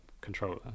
controller